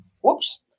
whoops